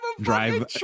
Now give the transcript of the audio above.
drive